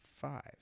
five